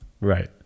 Right